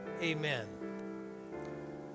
amen